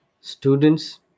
students